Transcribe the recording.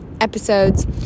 episodes